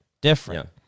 Different